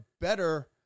better